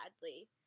badly